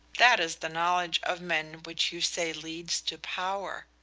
that is the knowledge of men which you say leads to power.